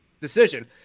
decision